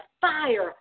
fire